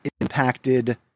impacted